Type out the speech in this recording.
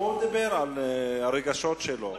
הוא מדבר על הרגשות שלו.